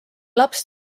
laps